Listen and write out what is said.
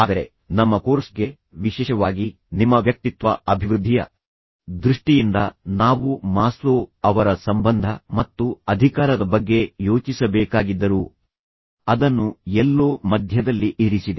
ಆದರೆ ನಮ್ಮ ಕೋರ್ಸ್ಗೆ ವಿಶೇಷವಾಗಿ ನಿಮ್ಮ ವ್ಯಕ್ತಿತ್ವ ಅಭಿವೃದ್ಧಿಯ ದೃಷ್ಟಿಯಿಂದ ನಾವು ಮಾಸ್ಲೋ ಅವರ ಸಂಬಂಧ ಮತ್ತು ಅಧಿಕಾರದ ಬಗ್ಗೆ ಯೋಚಿಸಬೇಕಾಗಿದ್ದರೂ ಅದನ್ನು ಎಲ್ಲೋ ಮಧ್ಯದಲ್ಲಿ ಇರಿಸಿದೆ